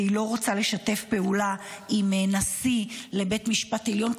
והיא לא רוצה לשתף פעולה לגבי נשיא לבית המשפט העליון,